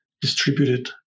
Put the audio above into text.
distributed